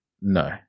No